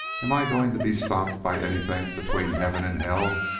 am i going to be stopped by anything between heaven and hell?